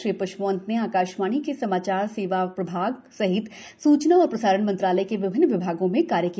श्री प्रष्पवंत ने आकाशवाणी के समाचार सेवा प्रभाग सहित सूचना और प्रसारण मंत्रालय के विभिन्न विभागों में कार्य किया